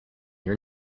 your